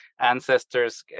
ancestors